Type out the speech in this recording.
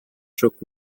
çok